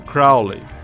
Crowley